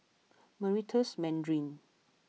Meritus Mandarin